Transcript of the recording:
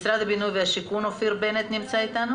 משרד הבינוי והשיכון, אופיר בנט נמצא איתנו?